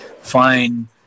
fine